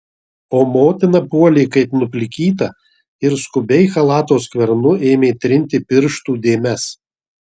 o motina puolė kaip nuplikyta ir skubiai chalato skvernu ėmė trinti pirštų dėmes